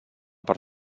per